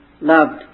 loved